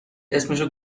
اسمشو